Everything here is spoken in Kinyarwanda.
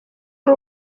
ari